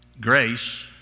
grace